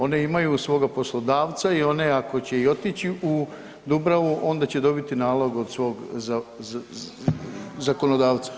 One imaju svoga poslodavca i one ako će i otići u Dubravu onda će dobiti nalog od svog zakonodavca.